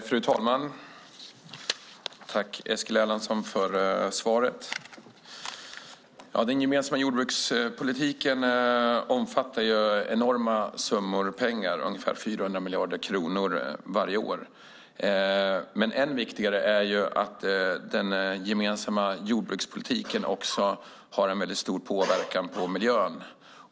Fru talman! Jag tackar Eskil Erlandsson för svaret. Den gemensamma jordbrukspolitiken kostar enorma summor pengar, ungefär 400 miljarder kronor varje år. Men viktigare är att den gemensamma jordbrukspolitiken har en stor påverkan på miljön.